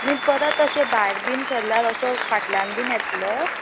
न्ही परत अशें भायर बीन सरल्यार असो फाटल्यान बीन येतलो